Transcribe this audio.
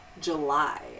July